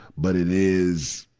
but it is,